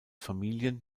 familien